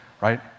right